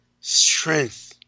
strength